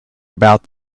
about